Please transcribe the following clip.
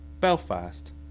Belfast